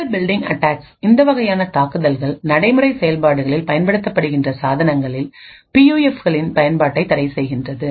model building attacks இந்த வகையான தாக்குதல்கள் நடைமுறை செயல்பாடுகளில் பயன்படுத்தப்படுகின்ற சாதனங்களில் பியூஎஃப்களின் பயன்பாட்டை தடைசெய்கின்றது